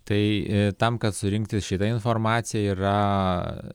tai tam kad surinkti šitą informaciją yra